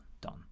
done